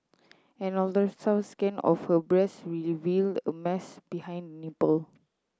an ultrasound scan of her breast reveal a mass behind nipple